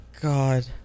God